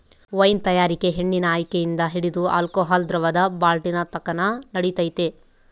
wine ತಯಾರಿಕೆ ಹಣ್ಣಿನ ಆಯ್ಕೆಯಿಂದ ಹಿಡಿದು ಆಲ್ಕೋಹಾಲ್ ದ್ರವದ ಬಾಟ್ಲಿನತಕನ ನಡಿತೈತೆ